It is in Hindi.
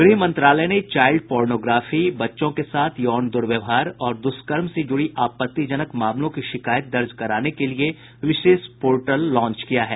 गृह मंत्रालय ने चाइल्ड पोर्नोग्राफी बच्चों के साथ यौन दुर्व्यहार और दुष्कर्म से जुड़ी आपत्तिजनक मामलों की शिकायत दर्ज कराने के लिये विशेष पोर्टल लांच किया है